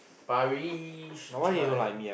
Parish try